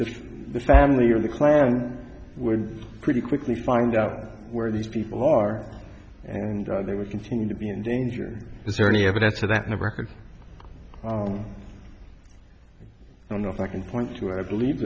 if the family or the clan would pretty quickly find out where these people are and they would continue to be in danger is there any evidence of that never heard i don't know if i can point to where i believe